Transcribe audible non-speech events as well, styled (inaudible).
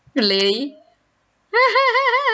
really (laughs)